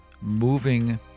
moving